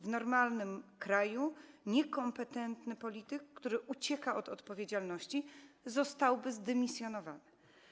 W normalnym kraju niekompetentny polityk, który ucieka od odpowiedzialności, zostałby zdymisjonowany.